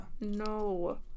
No